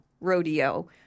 rodeo